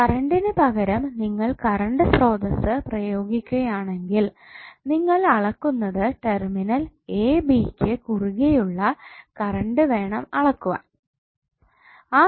കറണ്ടിന് പകരം നിങ്ങൾ കറണ്ട് സ്രോതസ്സ് പ്രയോഗിക്കുകയാണെങ്കിൽ നിങ്ങൾ അളക്കുന്നത് ടെർമിനൽ എ ബി യ്ക്ക് കുറുകെ ഉള്ള കറണ്ട് വേണം അളക്കുവാൻ